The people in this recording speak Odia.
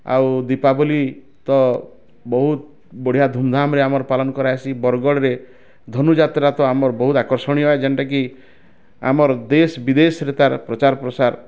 ଆଉ ଦୀପାବଲି ତ ବହୁତ ବଢ଼ିଆ ଧୁମଧାମରେ ଆମର ପାଲନ କରାହେସି ବରଗଡ଼ରେ ଧନୁଯାତ୍ରା ତ ଆମର ବହୁତ ଆକର୍ଷଣୀୟ ଯେନଟା କି ଆମର ଦେଶ୍ ବିଦେଶରେ ତାର ପ୍ରଚାର ପ୍ରସାର